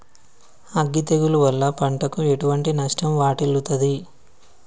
అగ్గి తెగులు వల్ల పంటకు ఎటువంటి నష్టం వాటిల్లుతది?